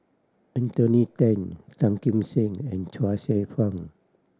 Anthony Then Tan Kim Seng and Chuang Hsueh Fang